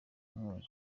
inkunga